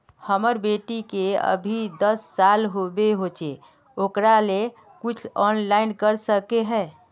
हमर बेटी के अभी दस साल होबे होचे ओकरा ले कुछ ऑनलाइन कर सके है?